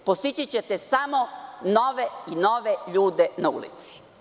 Postići ćete samo nove i nove ljude na ulici.